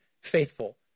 faithful